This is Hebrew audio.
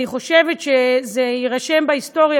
אני חושבת שזה יירשם בהיסטוריה.